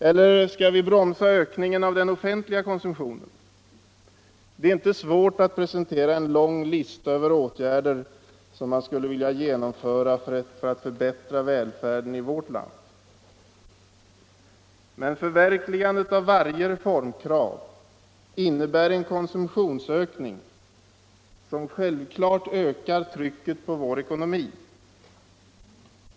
Eller skall vi söka bromsa ökningen av den offentliga konsumtionen? Det är inte svårt att presentera en lång lista över åtgärder som man skulle vilja genomföra för att förbättra välfärden i vårt land. Men förverkligandet av varje reformkrav innebär en konsumtionsökning som självklart ökar trycket på vår ekonomi.